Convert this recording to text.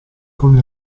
con